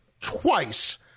twice